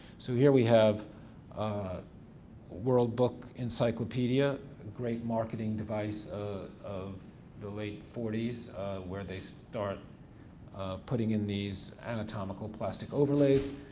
so here we have world book encyclopedia, a great marketing device of the late forty s where they start putting in these anatomical plastic overlays.